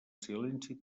silenci